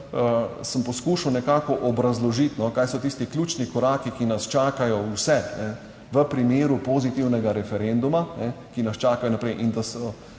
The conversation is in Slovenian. sem poskušal nekako obrazložiti kaj so tisti ključni koraki, ki nas čakajo vse v primeru pozitivnega referenduma, ki nas čakajo naprej in da so,